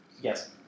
Yes